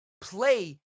play